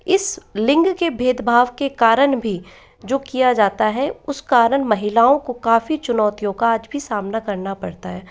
इस लिंग के भेदभाव के कारण भी जो किया जाता है उस कारण महिलाओं को काफ़ी चुनौतियों का आज भी सामना करना पड़ता है